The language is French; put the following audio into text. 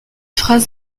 phrase